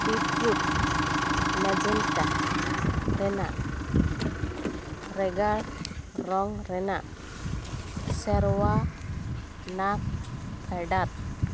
beetroot magenta ᱨᱮᱱᱟᱜ ᱨᱮᱜᱟᱲ ᱨᱚᱝ ᱨᱮᱱᱟᱜ ᱥᱮᱨᱣᱟᱼᱟᱱᱟᱜ ᱯᱷᱮᱰᱟᱛ